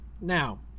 Now